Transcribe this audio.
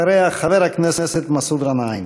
אחריה, חבר הכנסת מסעוד גנאים.